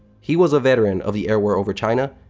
he was a veteran of the air war over china,